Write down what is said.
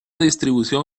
distribución